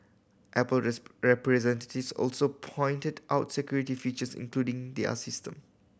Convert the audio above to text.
apple representatives also pointed out security features including their system